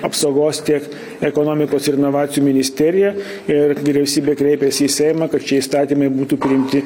apsaugos tiek ekonomikos ir inovacijų ministerija ir vyriausybė kreipėsi į seimą kad šie įstatymai būtų priimti